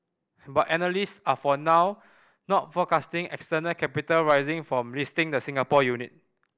but analysts are for now not forecasting external capital raising from listing the Singapore unit